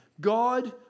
God